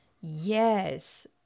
Yes